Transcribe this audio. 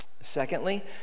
Secondly